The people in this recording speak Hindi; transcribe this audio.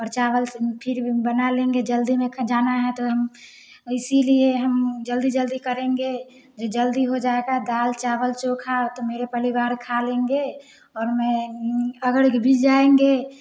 और चावल से फिर बना लेंगे जल्दी में जाना है तो हम जो जल्दी हो जाएगा दाल चावल चोखा तो मेरे परिवार खा लेंगे और मैं अगर गबिज़ जाएँगे